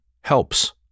helps